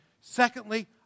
Secondly